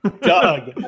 Doug